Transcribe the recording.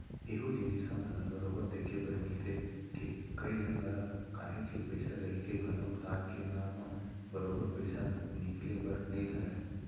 एहूँ जिनिस हमन ल बरोबर देखे बर मिलथे के, कई झन करा काहेच के पइसा रहिके घलोक दान के नांव म बरोबर पइसा निकले बर नइ धरय